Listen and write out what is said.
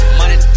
money